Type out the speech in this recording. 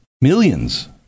Millions